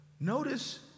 Notice